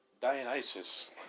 Dionysus